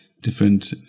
different